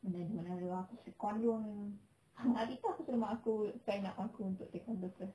mana ada mana ada aku taekwondo kan hari tu aku suruh mak aku sign up aku untuk taekwondo class